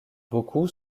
beaucoup